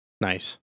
nice